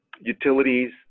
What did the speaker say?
utilities